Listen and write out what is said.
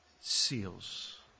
seals